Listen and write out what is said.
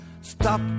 stop